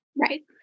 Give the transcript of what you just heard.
right